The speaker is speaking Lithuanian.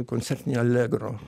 koncertinę allegro